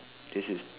this is